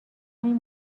این